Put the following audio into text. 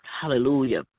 Hallelujah